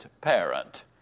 parent